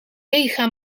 mega